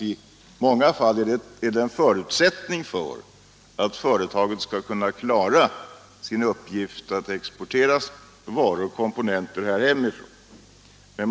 I många fall är det en förutsättning för att företagen skall klara sin uppgift att exportera varor och komponenter här hemifrån.